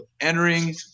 entering